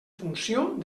funcions